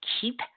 keep